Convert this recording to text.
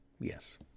Yes